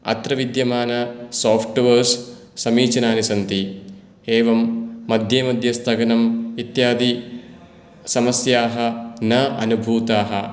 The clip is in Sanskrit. अत्र विद्यमान साफ्ट्वेर्स् समीचीनानि सन्ति एवम् मध्ये मध्ये स्थगनम् इत्यादि समस्याः न अनुभूताः